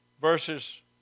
verses